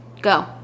go